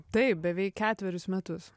taip beveik ketverius metus